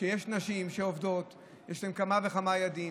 שיש נשים שעובדות שיש להן כמה וכמה ילדים,